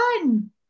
fun